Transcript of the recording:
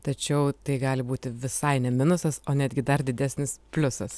tačiau tai gali būti visai ne minusas o netgi dar didesnis pliusas